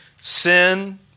Sin